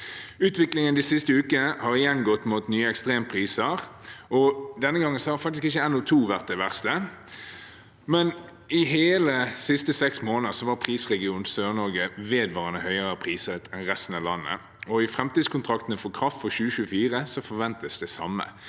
Utviklingen de siste ukene har igjen gått mot nye ekstrempriser, og denne gangen har faktisk ikke NO2 vært verst, men i alle de siste seks månedene var prisregionen Sør-Norge vedvarende høyere priset enn resten av landet, og i framtidskontraktene for kraft for 2024 forventes det samme.